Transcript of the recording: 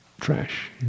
trash